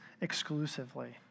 exclusively